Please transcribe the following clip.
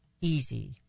easy